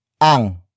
Ang